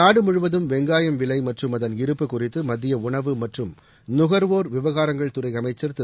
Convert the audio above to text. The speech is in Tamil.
நாடு முழுவதும் வெங்காயம் விலை மற்றும் அதன் இருப்பு குறித்து மத்திய உணவு மற்றும் நுகர்வோர் விவகாரங்கள் துறை அமைச்சர் திரு